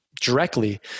Directly